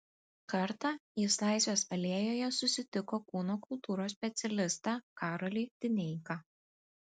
kartą jis laisvės alėjoje susitiko kūno kultūros specialistą karolį dineiką